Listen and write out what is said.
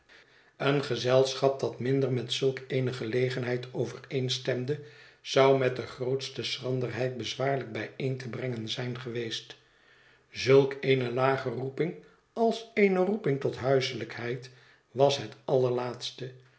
een gezelschap dat minder met zulk eene gelegenheid overeenstemde zou met de grootste schranderheid bezwaarlijk bijeen te brengen zijn geweest zulk eene lage roeping als eene roeping tot huiselijkheid was het allerlaatste